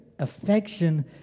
affection